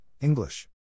English